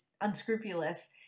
unscrupulous